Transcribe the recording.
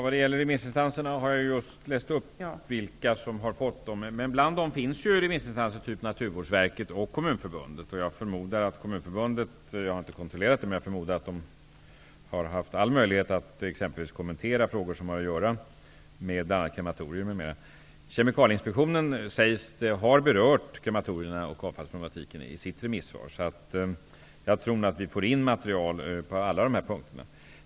Herr talman! Jag har just läst upp vilka remissinstanser det är. Bland dem finns Naturvårdsverket och Kommunförbundet. Jag förmodar att Kommunförbundet -- jag har inte kontrollerat det -- har haft all möjlighet att exempelvis kommentera frågor som har att göra med krematorier. Kemikalieinspektionen sägs ha berört krematorierna och avfallsproblematiken i sitt remissvar. Jag tror att vi får in material på alla dessa punkter.